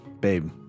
babe